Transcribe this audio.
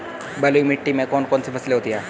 बलुई मिट्टी में कौन कौन सी फसलें होती हैं?